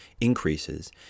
increases